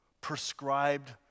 prescribed